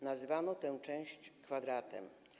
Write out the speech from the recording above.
Nazywano tę część Kwadratem.